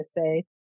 say